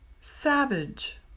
savage